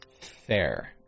Fair